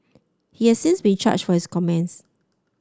he has since been charged for his comments